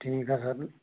ठीक है सर